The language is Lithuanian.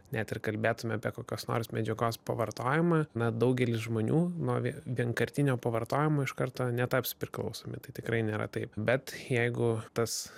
net ir kalbėtume apie kokios nors medžiagos pavartojimą na daugelis žmonių nuo vienkartinio pavartojimo iš karto netaps priklausomi tai tikrai nėra taip bet jeigu tas